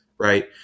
Right